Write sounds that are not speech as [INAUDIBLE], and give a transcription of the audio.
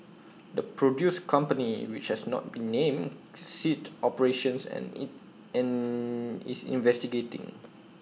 the produce company which has not been named ceased operations and IT [HESITATION] and is investigating